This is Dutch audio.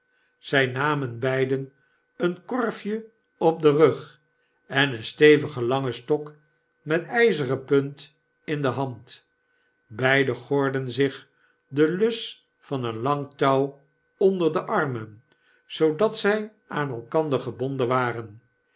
zij namen beiden een korfje op den rug en een stevigen langen stok met yzeren punt in de hand beiden gordden zich de lus van een lang touw onder de armen zoodat zy aanelkander gebonden waren